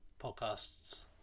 podcasts